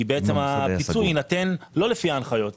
או אז הפיצוי יינתן לא לפי ההנחיות.